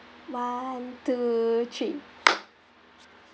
one two three